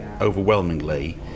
overwhelmingly